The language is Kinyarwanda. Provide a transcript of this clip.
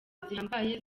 zihambaye